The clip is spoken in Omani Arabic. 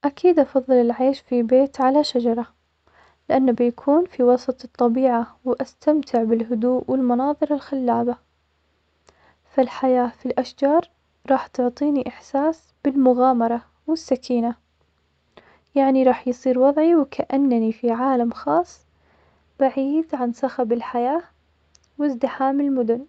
أكيد أفضل العيش في بيت على شجرة, لأنه بيكون في وسط الطبيعة, وأستمتع بالهدوء والمناظر الخلابة, فالحياة في الأشجار راح تعطيني إحساس بالمغامرة والكينة, يعني راح يصير وضعي وكأنني في عالم خاص بعيد عن صخب الحياة وازدحام المدن.